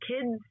kids